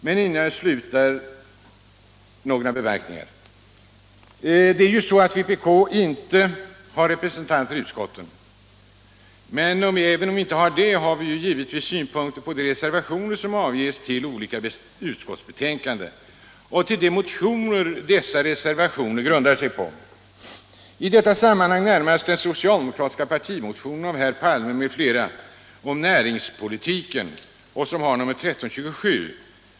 Men innan jag slutar vill jag göra några påpekanden, Även om vpk inte har representanter i utskotten har vi givetvis synpunkter på de reservationer som avges till olika utskottsbetänkanden och på de motioner som dessa reservationer grundar sig på, i detta sammanhang närmast den socialdemokratiska partimotionen 1327 av herr Palme m.fl. om näringspolitiken.